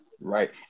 right